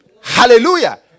Hallelujah